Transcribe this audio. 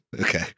Okay